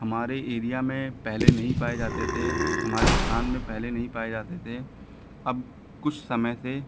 हमारे एरिया में पहले नहीं पाए जाते थे हमारे स्थान में पहले नहीं पाए जाते थे अब कुछ समय से